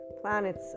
planet's